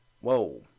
Whoa